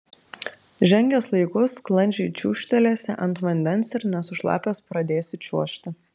žengęs laiku sklandžiai čiūžtelėsi ant vandens ir nesušlapęs pradėsi čiuožti